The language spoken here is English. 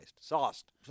Sauced